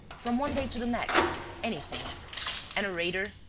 from one day to the next, anything an orator,